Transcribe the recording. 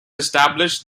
established